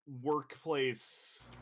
workplace